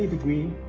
ah screen